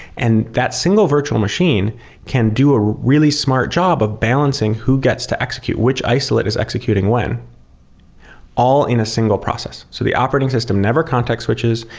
and that single virtual machine can do a really smart job of balancing who gets to execute which isolate is executing when all in a single process. so the operating system never context switches.